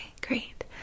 great